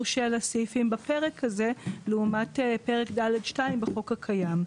של הסעיפים בפרק הזה לעומת פרק ד'2 בחוק הקיים.